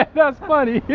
that's funny